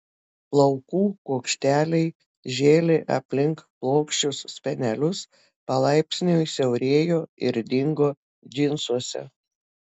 plaukų kuokšteliai žėlė aplink plokščius spenelius palaipsniui siaurėjo ir dingo džinsuose